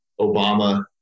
Obama